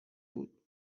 بود